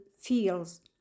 feels